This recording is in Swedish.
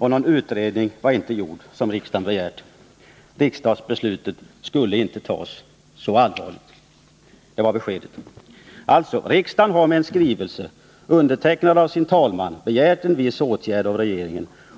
Någon utredning, som riksdagen begärt, var inte heller gjord. Riksdagsbeslutet skulle inte tas så allvarligt. Det var beskedet. Riksdagen har alltså med en skrivelse undertecknad av sin talman begärt vissa åtgärder av regeringen.